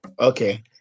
Okay